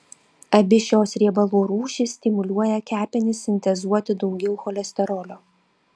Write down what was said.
abi šios riebalų rūšys stimuliuoja kepenis sintezuoti daugiau cholesterolio